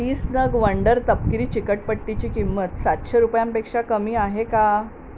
तीस नग वंडर तपकिरी चिकटपट्टीची किंमत सातशे रुपयांपेक्षा कमी आहे का